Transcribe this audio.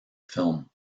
film